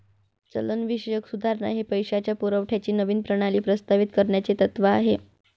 चलनविषयक सुधारणा हे पैशाच्या पुरवठ्याची नवीन प्रणाली प्रस्तावित करण्याचे तत्त्व आहे